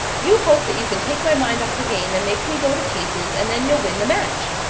you hope that you can take my mind off the game and make me go to pieces, and then you'll win the match.